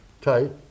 tight